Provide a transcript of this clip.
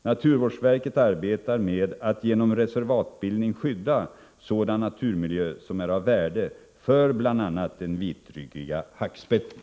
Naturvårdsverket arbetar med att genom reservatbildning skydda sådan naturmiljö som är av värde för bl.a. den vitryggiga hackspetten.